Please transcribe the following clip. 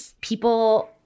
people